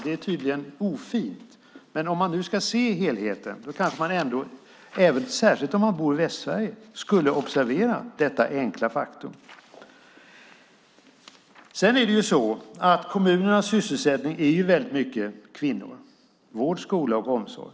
Det är tydligen ofint, men om man ska se helheten kanske man ändå, särskilt om man bor i Västsverige, skulle observera detta enkla faktum. Kommunernas verksamhet sysselsätter väldigt många kvinnor. Det handlar om vård, skola och omsorg.